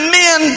men